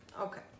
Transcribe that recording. okay